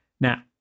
Now